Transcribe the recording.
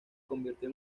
convirtió